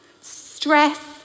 Stress